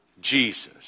Jesus